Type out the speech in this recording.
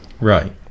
Right